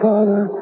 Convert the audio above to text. Father